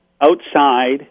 outside